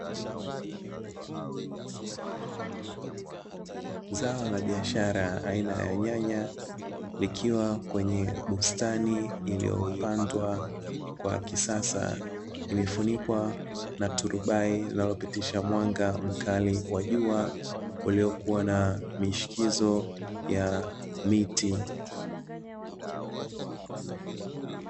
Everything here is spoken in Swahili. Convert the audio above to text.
Zao la biashara aina ya nyanya likiwa kwenye bustani, iliyopandwa kwa kisasa imefunikwa na turubai linalopitisha mwanga mkali wa jua uliokuwa na mishikizo ya miti.